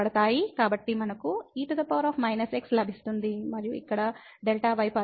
కాబట్టి మనకు e x లభిస్తుంది మరియు ఇక్కడ Δy పదం లేదు